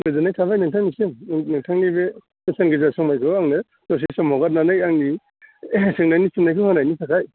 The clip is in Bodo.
गोजोननाय थाबाय नोंथांनिसिम नोंथांनि बे बेसेन गोसा समायखौ आंनो दसे सम हगारनानै आंनि सोंनायनि फिननायखौ होनायनि थाखाय